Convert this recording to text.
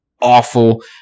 awful